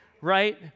right